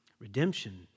Redemption